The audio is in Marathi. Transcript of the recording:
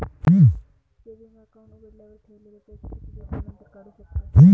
सेविंग अकाउंट उघडल्यावर ठेवलेले पैसे किती दिवसानंतर काढू शकतो?